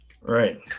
Right